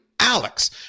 Alex